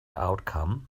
outcome